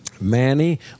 Manny